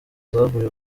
zavuye